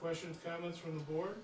question more